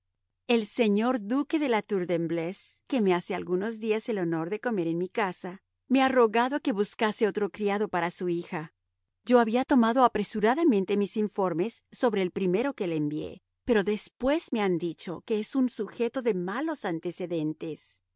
el señor duque de la tour de embleuse que me hace algunos días el honor de comer en mi casa me ha rogado que buscase otro criado para su hija yo había tomado apresuradamente mis informes sobre el primero que le envié pero después me han dicho que es un sujeto de malos antecedentes